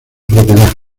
propiedad